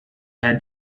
had